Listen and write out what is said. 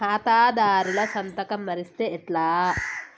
ఖాతాదారుల సంతకం మరిస్తే ఎట్లా?